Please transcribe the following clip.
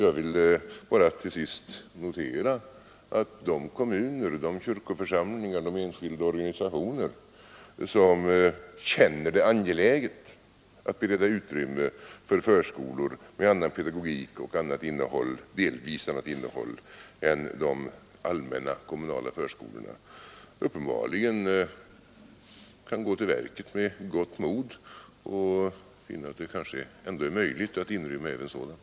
Jag vill bara till sist notera att de kommuner, de kyrkoförsamlingar och de enskilda organisationer som känner det angeläget att bereda utrymme för förskolor med annan pedagogik och delvis annat innehåll än de allmänna kommunala förskolorna uppenbarligen kan gå till verket med gott mod och finna att det kanske ändå är möjligt att inrymma även sådana.